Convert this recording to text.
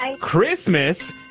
Christmas